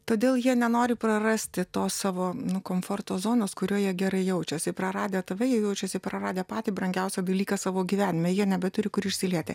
todėl jie nenori prarasti tos savo komforto zonos kurioj jie gerai jaučiasi praradę tave jie jaučiasi praradę patį brangiausią dalyką savo gyvenime jie nebeturi kur išsilieti